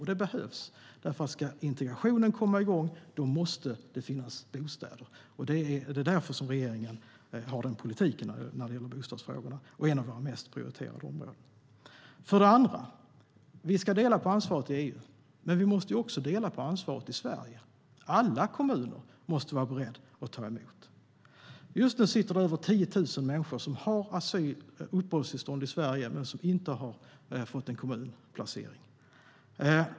Och det behövs, därför att ska integrationen komma igång måste det finnas bostäder. Det är därför som regeringen har den politiken när det gäller bostadsfrågorna och därför som det är en av våra mest prioriterade frågor. Vi ska dela på ansvaret i EU, men vi måste också dela på ansvaret i Sverige. Alla kommuner måste vara beredda att ta emot. Just nu sitter över 10 000 människor med uppehållstillstånd i Sverige men utan en kommunplacering.